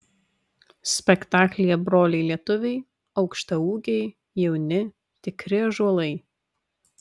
spektaklyje broliai lietuviai aukštaūgiai jauni tikri ąžuolai